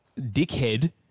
dickhead